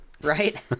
Right